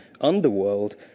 underworld